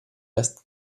erst